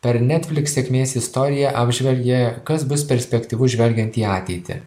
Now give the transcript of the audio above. per netflix sėkmės istoriją apžvelgė kas bus perspektyvu žvelgiant į ateitį